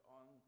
on